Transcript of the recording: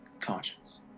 conscience